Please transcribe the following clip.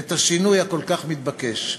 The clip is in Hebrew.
את השינוי הכל-כך מתבקש.